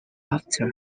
after